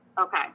Okay